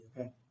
Okay